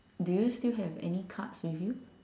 do you still have any cards with you